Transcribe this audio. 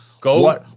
Go